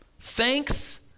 thanks